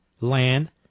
land